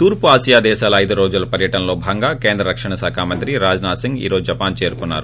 తూర్పు ఆసియా దేశాల ఐదు రోజుల పర్యటనలో భాగంగా కేంద్ర రక్షణశాఖ మంత్రి రాజ్నాథ్సింగ్ ఈ రోజు జపాన్ చేరుకున్నారు